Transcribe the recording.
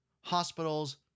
hospitals